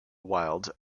wild